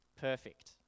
perfect